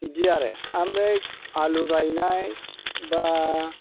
बिदि आरो आमफ्राय आलु गायनाय एबा